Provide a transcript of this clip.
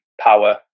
power